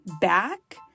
back